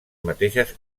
mateixes